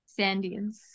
Sandians